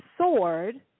sword